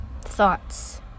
Thoughts